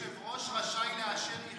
לפי התקנון היושב-ראש רשאי לאשר איחוד.